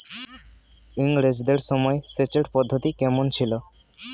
ইঙরেজদের সময় সেচের পদ্ধতি কমন ছিল?